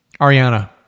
Ariana